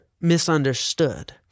misunderstood